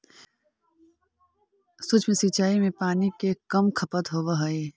सूक्ष्म सिंचाई में पानी के कम खपत होवऽ हइ